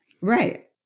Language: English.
Right